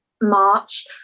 March